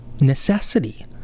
necessity